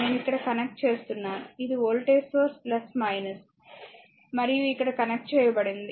నేను ఇక్కడ కనెక్ట్ చేస్తున్నాను ఇది వోల్టేజ్ సోర్స్ మరియు ఇక్కడ కనెక్ట్ చేయబడింది